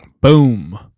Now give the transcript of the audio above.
Boom